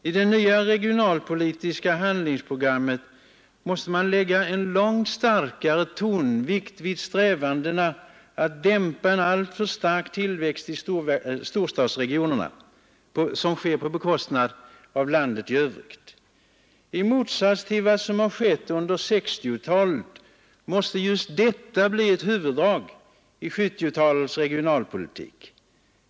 I det nya regionalpolitiska handlingsprogrammet måste man lägga långt starkare tonvikt vid strävandena att dämpa en alltför stark tillväxt av storstadsregionerna, som sker på bekostnad av landet i övrigt. I motsats till vad som har skett under 1960-talet måste just detta bli ett huvuddrag i 1970-talets regionalpolitik.